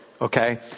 okay